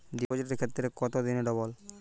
ডিপোজিটের ক্ষেত্রে কত দিনে ডবল?